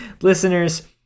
Listeners